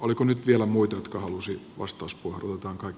oliko nyt vielä muita jotka halusivat vastauspuheenvuoron